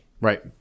Right